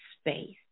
space